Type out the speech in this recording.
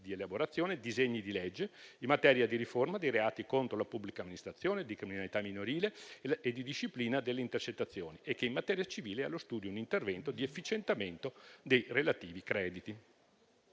di elaborazione disegni di legge in materia di riforma dei reati contro la pubblica amministrazione, di criminalità minorile e di disciplina delle intercettazioni e in materia civile è allo studio un intervento di efficientamento dei relativi crediti.